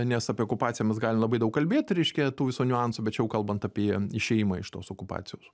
nes apie okupaciją mes galim labai daug kalbėt reiškia tų visų niuansų bet čia jau kalbant apie išėjimą iš tos okupacijos